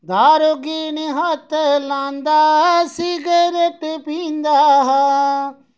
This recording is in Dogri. दारु गी नि हत्थ लांदा सिगरट पींदा हा